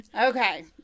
Okay